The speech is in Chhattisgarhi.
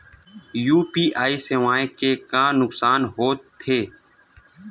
यू.पी.आई सेवाएं के का नुकसान हो थे?